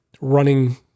running